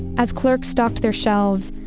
as clerks stocked their shelves,